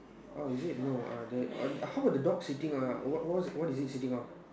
oh is it no uh there uh how about the dog sitting uh what what is it sitting on